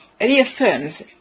reaffirms